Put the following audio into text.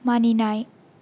मानिनाय